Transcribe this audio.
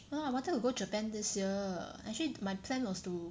no I wanted to go Japan this year actually my plan was to